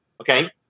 okay